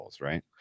right